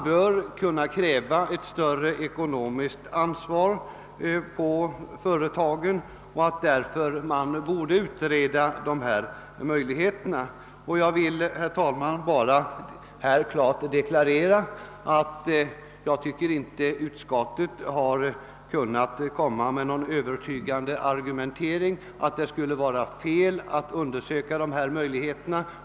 bör kunna kräva ett större ekonomiskt ansvar och att möjligheterna härför bör utredas. Jag vill, herr talman, klart deklarera att jag anser att utskottet inte har anfört någon övertygande argumentering för att det skulle vara fel att undersöka dessa möjligheter.